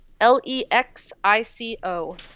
L-E-X-I-C-O